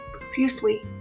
profusely